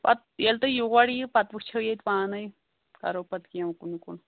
پَتہٕ ییٚلہِ تُہۍ یور یِیِو پَتہٕ وٕچھو ییٚتہِ پانَے کَرو پَتہٕ کیٚنٛہہ اُکُن یِکُن